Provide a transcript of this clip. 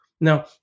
Now